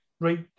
Right